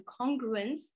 congruence